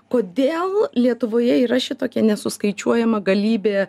kodėl lietuvoje yra šitokia nesuskaičiuojama galybė